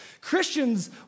Christians